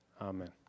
Amen